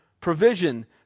provision